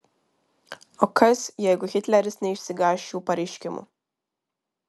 o kas jeigu hitleris neišsigąs šių pareiškimų